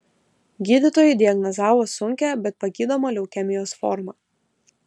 gydytojai diagnozavo sunkią bet pagydomą leukemijos formą